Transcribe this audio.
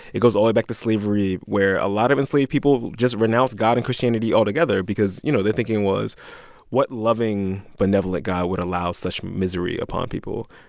it goes all the way back to slavery, where a lot of enslaved people just renounced god and christianity altogether because, you know, their thinking was what loving, benevolent god would allow such misery upon people?